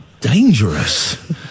dangerous